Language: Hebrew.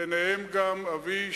ביניהם גם אבי,